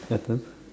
Saturn